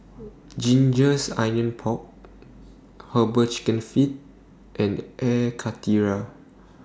Gingers Onions Pork Herbal Chicken Feet and Air Karthira